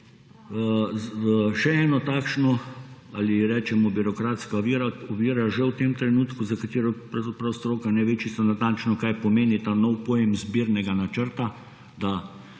še eno takšno, ali ji rečemo birokratska ovira že v tem trenutku, za katero stroka pravzaprav ne ve čisto natančno, kaj pomeni ta novi pojem zbirnega načrta, da